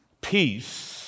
Peace